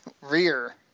rear